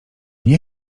nie